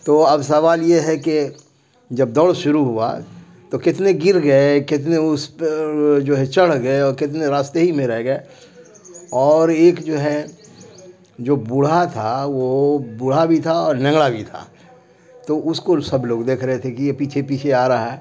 تو اب سوال یہ ہے کہ جب دوڑ شروع ہوا تو کتنے گر گئے کتنے اس پر جو ہے چڑھ گئے اور کتنے راستے ہی میں رہ گئے اور ایک جو ہے جو بوڑھا تھا وہ بوڑھا بھی تھا اور لنگڑا بھی تھا تو اس کو سب لوگ دیکھ رہے تھے کہ یہ پیچھے پیچھے آ رہا ہے